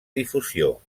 difusió